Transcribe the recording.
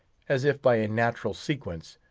as if by a natural sequence,